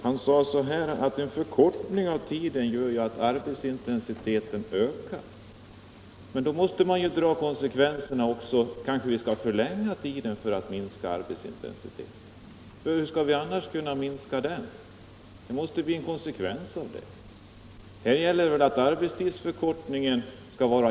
Han sade att en förkortning av arbetstiden gör att arbetsintensiteten ökar. Men om vi drar konsekvenserna av detta bör vi väl förlänga arbetstiden för att minska arbetsintensiteten. Hur skall den annars kunna minska? Arbetstidsförkortningen skall väl bidra till att minska arbetsintensiteten.